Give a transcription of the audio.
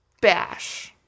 bash